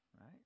right